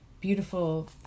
beautiful